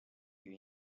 you